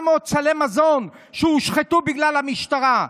400 סלי מזון הושחתו בגלל המשטרה.